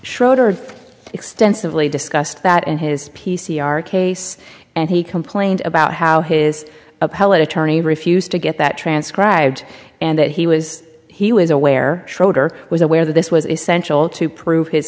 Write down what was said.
schroeder extensively discussed that in his p c r case and he complained about how his appellate attorney refused to get that transcribed and that he was he was aware schroeder was aware that this was essential to prove his